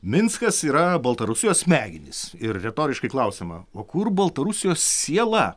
minskas yra baltarusijos smegenys ir retoriškai klausiama o kur baltarusijos siela